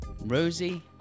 Rosie